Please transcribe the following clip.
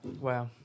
Wow